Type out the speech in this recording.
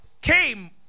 came